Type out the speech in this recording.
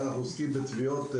אנחנו עוסקים בטביעות.